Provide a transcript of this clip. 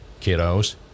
kiddos